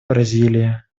бразилии